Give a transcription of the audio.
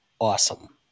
awesome